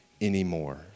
anymore